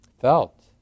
felt